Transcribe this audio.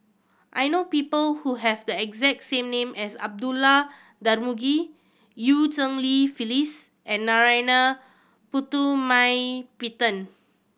I know people who have the exact name as Abdullah Tarmugi Eu Cheng Li Phyllis and Narana Putumaippittan